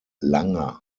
langer